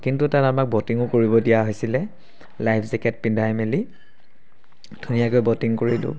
কিন্তু তাত আমাক ব'টিঙো কৰিবলৈ দিয়া হৈছিলে লাইফ জেকেট পিন্ধাই মেলি ধুনীয়াকৈ ব'টিং কৰিলোঁ